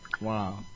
Wow